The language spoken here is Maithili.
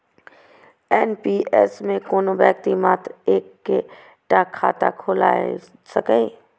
एन.पी.एस मे कोनो व्यक्ति मात्र एक्के टा खाता खोलाए सकैए